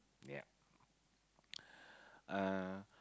yup uh